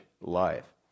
life